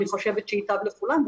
אני חושבת שייטב לכולם.